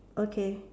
okay